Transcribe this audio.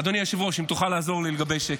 אדוני היושב-ראש, אם תוכל לעזור לי לגבי שקט.